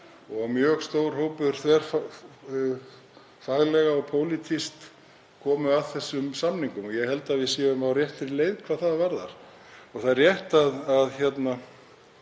Mjög stór hópur, faglega og pólitískt, kom að þessum samningum og ég held að við séum á réttri leið hvað það varðar. Það er rétt að